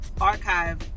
archive